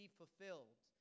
fulfilled